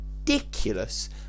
ridiculous